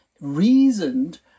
reasoned